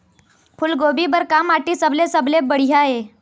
फूलगोभी बर का माटी सबले सबले बढ़िया ये?